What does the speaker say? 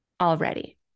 already